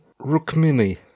Rukmini